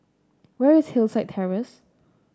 where is Hillside Terrace